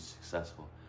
successful